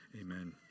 Amen